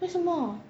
为什么